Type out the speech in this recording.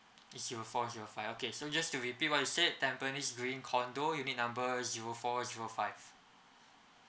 zero four zero five okay so just to repeat what you said tampines dream condo unit number zero four zero five